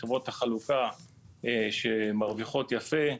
חברות החלוקה שמרוויחות יפה,